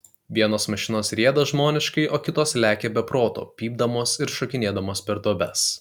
vienos mašinos rieda žmoniškai o kitos lekia be proto pypdamos ir šokinėdamos per duobes